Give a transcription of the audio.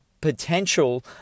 potential